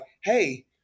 Hey